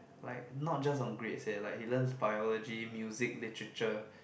like not just on grades eh like he learns biology music literature